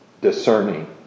discerning